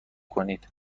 کنید